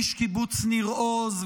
איש קיבוץ ניר עוז,